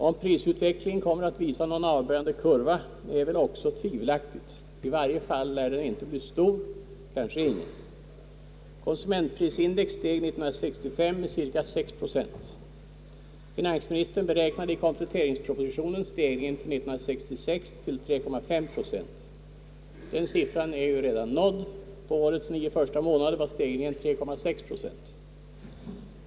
Om prisutvecklingen kommer att visa någon avböjande kurva är väl också tvivelaktigt, i varje fall lär den inte bli stor. Konsumentprisindex steg 1965 med cirka 6 procent. Finansministern beräknade i kompletteringspropositionen stegringen 1966 till 3,5 procent. Den siffran är ju redan nådd. Under årets nio första månader var stegringen 3,6 procent.